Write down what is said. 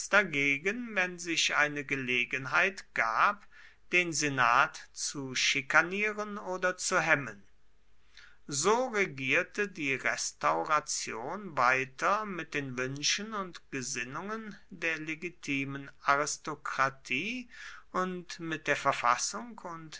dagegen wenn sich eine gelegenheit gab den senat zu schikanieren oder zu hemmen so regierte die restauration weiter mit den wünschen und gesinnungen der legitimen aristokratie und mit der verfassung und